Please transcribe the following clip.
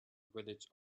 village